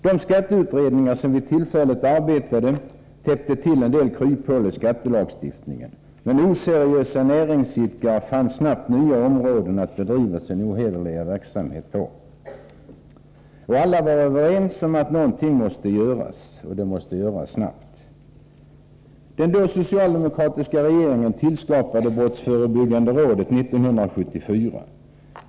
De skatteutredningar som vid det tillfället arbetade täppte till en del kryphål i skattelagstiftningen, men oseriösa näringsidkare fann snabbt nya områden att bedriva sin ohederliga verksamhet på. Alla var överens om att någonting måste göras och att det måste göras snabbt. Den då socialdemokratiska regeringen tillskapade brottsförebyggande rådet 1974.